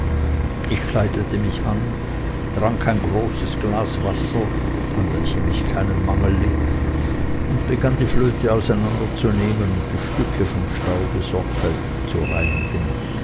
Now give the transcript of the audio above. ich kleidete mich an trank ein großes glas wasser an welchem ich keinen mangel litt und begann die flöte auseinanderzunehmen und die stücke vom staube sorgfältig zu reinigen